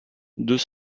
deux